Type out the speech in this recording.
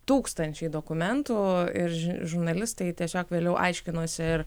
tūkstančiai dokumentų ir žurnalistai tiesiog vėliau aiškinosi ir